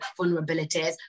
vulnerabilities